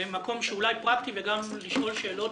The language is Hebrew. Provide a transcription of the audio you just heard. למקום שהוא אולי פרקטי וגם לשאול שאלות,